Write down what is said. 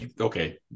okay